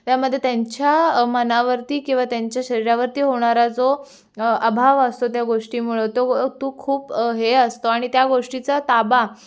त्यामध्ये त्यांच्या मनावरती किंवा त्यांच्या शरीरावरती होणारा जो अभाव असतो त्या गोष्टीमुळं तो खूप हे असतो आणि त्या गोष्टीचा ताबा